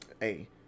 Hey